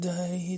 Day